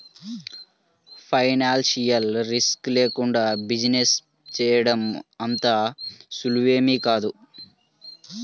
financial risk లేకుండా business చేయడం అంత సులువేమీ కాదు